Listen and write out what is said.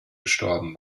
gestorben